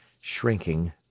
shrinking